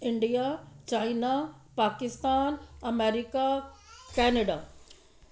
India China Pakistan America Canada